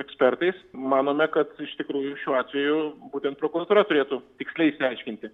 ekspertais manome kad iš tikrųjų šiuo atveju būtent prokuratūra turėtų tiksliai išsiaiškinti